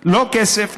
לא כסף,